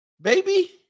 baby